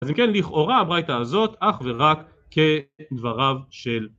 אז אם כן לכאורה הבריתה הזאת אך ורק כדבריו של